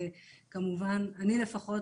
אני לפחות